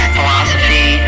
Philosophy